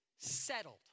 settled